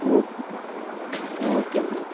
okay ம் okay ma'am